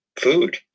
food